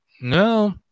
no